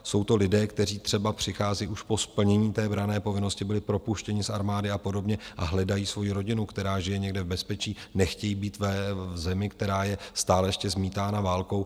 Jsou to lidé, kteří třeba přichází už po splnění branné povinnosti, byli propuštěni z armády a podobně a hledají svoji rodinu, která žije někde v bezpečí, nechtějí být v zemi, která je stále ještě zmítána válkou.